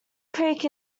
creek